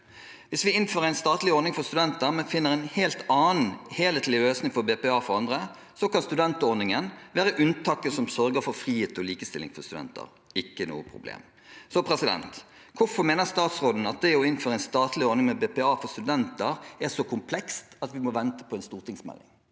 Hvis v42i innfører en statlig ordning for studenter, men finner en helt annen helhetlig løsning for BPA for andre, kan studentordningen være unntaket som sørger for frihet og likestilling for studenter – ikke noe problem. Så hvorfor mener statsråden at det å innføre en statlig ordning med BPA for studenter, er så komplekst at vi må vente på en stortingsmelding?